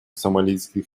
сомалийских